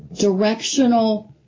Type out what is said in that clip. directional